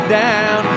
down